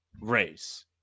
race